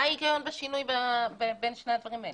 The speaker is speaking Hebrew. מה ההיגיון בשינוי בין שני הדברים האלה?